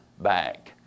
back